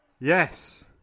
Yes